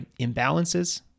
imbalances